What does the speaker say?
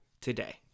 today